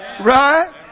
Right